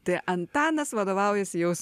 tai antanas vadovaujasi jau